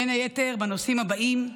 בין היתר בנושאים הבאים: